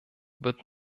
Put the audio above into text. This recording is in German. wird